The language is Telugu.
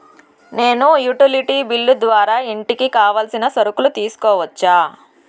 నేను యుటిలిటీ బిల్లు ద్వారా ఇంటికి కావాల్సిన సరుకులు తీసుకోవచ్చా?